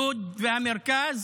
לוד והמרכז,